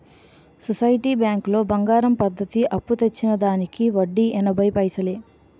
society బ్యాంకులో బంగారం పద్ధతి అప్పు తెచ్చిన దానికి వడ్డీ ఎనభై పైసలే